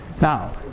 now